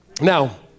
Now